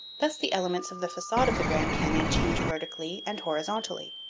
thus the elements of the facade of the grand canyon change vertically and horizontally.